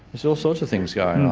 there's all sorts of things going on.